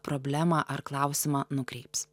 problemą ar klausimą nukreips